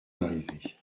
arrivée